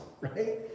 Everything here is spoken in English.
right